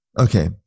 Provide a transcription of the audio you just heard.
okay